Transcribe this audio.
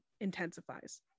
intensifies